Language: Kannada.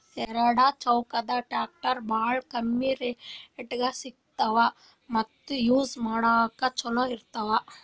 ಎರಡ ಚಾಕದ್ ಟ್ರ್ಯಾಕ್ಟರ್ ಭಾಳ್ ಕಮ್ಮಿ ರೇಟ್ದಾಗ್ ಸಿಗ್ತವ್ ಮತ್ತ್ ಯೂಜ್ ಮಾಡ್ಲಾಕ್ನು ಛಲೋ ಇರ್ತವ್